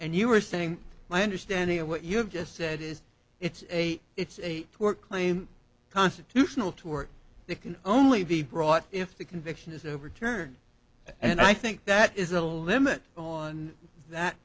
and you were saying my understanding of what you have just said is it's a it's a tort claim constitutional to or it can only be brought if the conviction is overturned and i think that is a limit on that